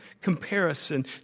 Comparison